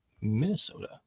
Minnesota